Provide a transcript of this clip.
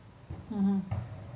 mmhmm